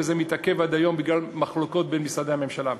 וזה מתעכב עד היום בגלל מחלוקות במשרדי הממשלה.